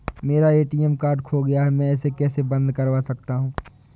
मेरा ATM card खो गया है मैं इसे कैसे बंद करवा सकता हूँ?